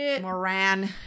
Moran